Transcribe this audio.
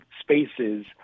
spaces